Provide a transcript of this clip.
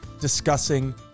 discussing